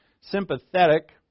Sympathetic